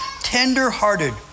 tender-hearted